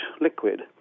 liquid